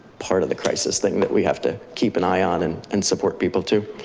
part of the crisis thing that we have to keep an eye on and and support people to.